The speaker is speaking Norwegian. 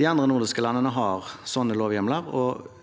De andre nordiske landene har sånne lovhjemler,